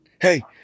hey